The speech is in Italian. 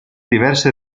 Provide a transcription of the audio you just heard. diverse